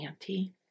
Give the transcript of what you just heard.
auntie